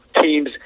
teams